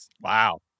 Wow